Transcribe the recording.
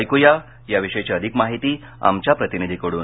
ऐकूया या विषयीची अधिक माहिती आमच्या प्रतिनिधीकडून